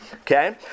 Okay